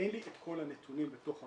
אין לי את כל הנתונים בתוך המערכת.